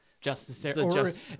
justice